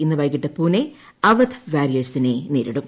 ഇന്ന് വൈകിട്ട് പൂനെ അവധ് വാരിയേഴ്സിനെ നേരിടും